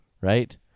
right